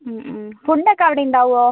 ഹ്മ് ഹ്മ് ഫുഡ് ഒക്കെ അവിടെ ഉണ്ടാവുമോ